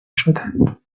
شدند